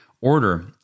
order